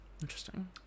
Interesting